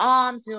arms